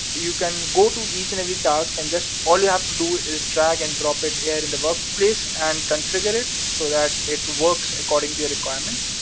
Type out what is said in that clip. you can go to each and every task and just, all you have to do is drag and drop it here in the workplace and configure it so that it works according to your requirement.